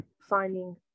finding